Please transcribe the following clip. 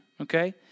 okay